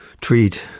treat